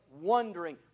wondering